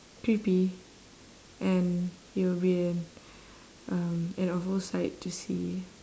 creepy and it would be an um an awful sight to see